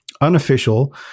unofficial